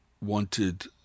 wanted